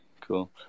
Cool